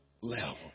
level